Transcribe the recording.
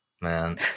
man